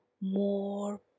more